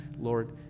Lord